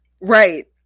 Right